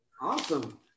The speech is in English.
Awesome